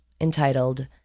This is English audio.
entitled